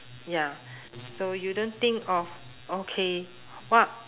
ya so you don't think of okay what